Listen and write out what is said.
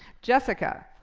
jessica.